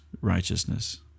righteousness